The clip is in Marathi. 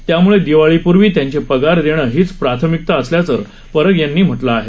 त्यामुळे दिवाळीपूर्वी त्यांचे पगार देण हीच प्राथमिकता असल्याचं परब यांनी म्हटलं आहे